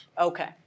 Okay